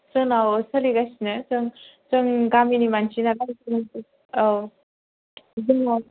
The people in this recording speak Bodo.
जोंनाव सोलिगासिनो जों जों गामिनि मानसि नालाय औ जोंनाव